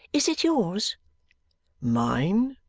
is it yours mine!